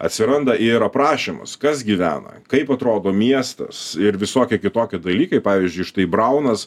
atsiranda ir aprašymas kas gyvena kaip atrodo miestas ir visokie kitokie dalykai pavyzdžiui štai braunas